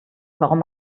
warum